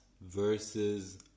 versus